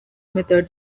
method